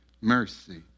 mercy